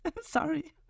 Sorry